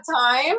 time